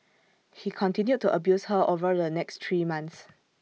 he continued to abuse her over the next three months